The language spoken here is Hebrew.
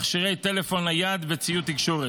מכשירי טלפון נייד וציוד תקשורת,